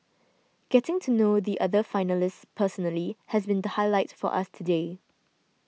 getting to know the other finalists personally has been the highlight for us today